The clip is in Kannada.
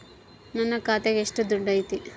ನನ್ನ ಖಾತ್ಯಾಗ ಎಷ್ಟು ದುಡ್ಡು ಐತಿ?